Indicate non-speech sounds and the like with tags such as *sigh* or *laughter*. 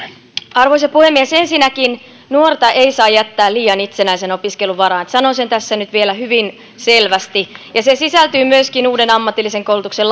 arvoisa puhemies ensinnäkin nuorta ei saa jättää liian itsenäisen opiskelun varaan sanon sen tässä nyt vielä hyvin selvästi se sisältyy myöskin uuteen ammatillisen koulutuksen *unintelligible*